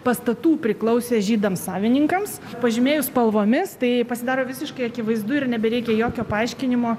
pastatų priklausė žydams savininkams pažymėjus spalvomis tai pasidaro visiškai akivaizdu ir nebereikia jokio paaiškinimo